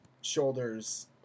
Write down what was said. shoulders